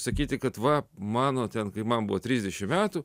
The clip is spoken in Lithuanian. sakyti kad va mano ten kai man buvo trisdešim metų